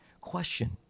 Question